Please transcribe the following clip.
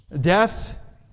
Death